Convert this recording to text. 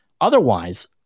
Otherwise